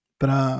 para